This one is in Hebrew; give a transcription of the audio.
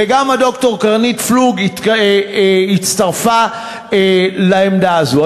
וגם ד"ר קרנית פלוג הצטרפה לעמדה הזאת.